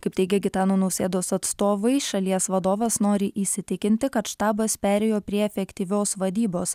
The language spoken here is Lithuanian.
kaip teigė gitano nausėdos atstovai šalies vadovas nori įsitikinti kad štabas perėjo prie efektyvios vadybos